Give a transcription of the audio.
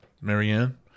Marianne